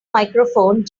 microphone